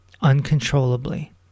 uncontrollably